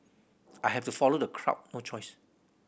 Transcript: I have to follow the crowd no choice